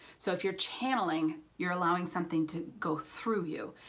so if your channeling your allowing something to go through you.